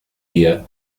beer